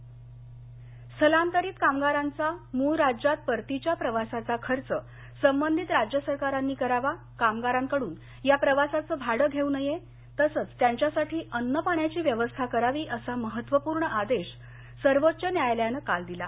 मजूर स्थलांतरित कामगारांचा मूळ राज्यात परतीच्या प्रवासाचा खर्च संबंधित राज्य सरकारांनी करावा कामगारांकडून या प्रवासाचं भाडं घेऊ नये तसंच त्यांच्यासाठी अन्न पाण्याची व्यवस्था करावी असा महत्त्वपूर्ण आदेश सर्वोच्च न्यायालयानं काल दिला